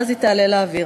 ואז היא תעלה לאוויר.